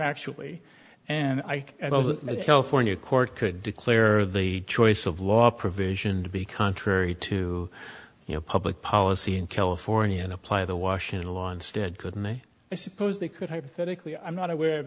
factually and i know for new court could declare the choice of law provision to be contrary to you know public policy in california and apply the washington law instead could may i suppose they could hypothetically i'm not aware of